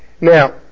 Now